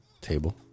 table